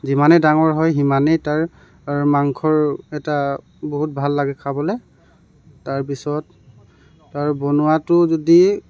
যিমানেই ডাঙৰ হয় সিমানেই তাৰ মাংসৰ এটা বহুত ভাল লাগে খাবলৈ তাৰপিছত তাৰ বনোৱাটো যদি